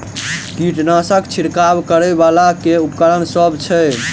कीटनासक छिरकाब करै वला केँ उपकरण सब छै?